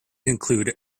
include